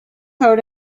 heard